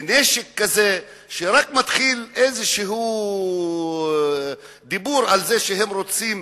בנשק כזה, רק מתחיל איזשהו דיבור על זה שהם רוצים